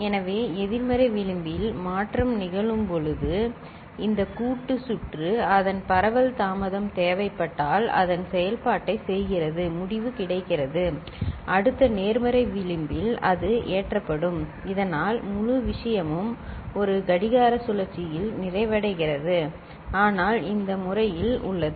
எனவே எதிர்மறை விளிம்பில் மாற்றம் நிகழும்போது இந்த கூட்டு சுற்று அதன் பரவல் தாமதம் தேவைப்பட்டால் அதன் செயல்பாட்டைச் செய்கிறது முடிவு கிடைக்கிறது அடுத்த நேர்மறை விளிம்பில் அது ஏற்றப்படும் இதனால் முழு விஷயமும் ஒரு கடிகார சுழற்சியில் நிறைவடைகிறது சரி ஆனால் இது இந்த முறையில் உள்ளது